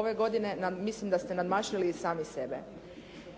ove godine mislim da ste nadmašili sami sebe.